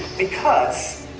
because,